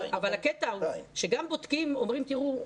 אבל הקטע הוא שגם אומרים תראו,